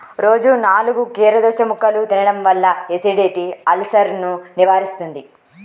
రోజూ నాలుగు కీరదోసముక్కలు తినడం వల్ల ఎసిడిటీ, అల్సర్సను నివారిస్తుంది